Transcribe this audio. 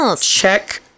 check